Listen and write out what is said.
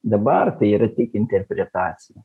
dabar tai yra tik interpretacija